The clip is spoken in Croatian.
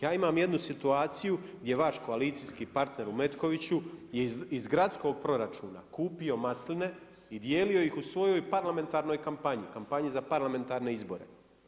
Ja imam jednu situaciju gdje vaš koalicijski partner u Metkoviću je iz gradskog proračuna kupio masline i dijelio ih u svojoj parlamentarnoj kampanji, kampanji za parlamentarne izbore.